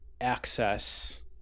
access